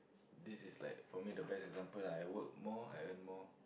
this is like for me the best example [ah]I work more I earn more